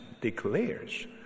declares